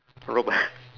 rope ah